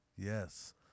yes